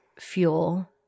Fuel